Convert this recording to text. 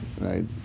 right